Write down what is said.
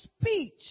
speech